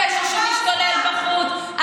הפשע שמשתולל בחוץ,